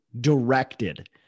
directed